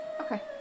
Okay